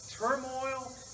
turmoil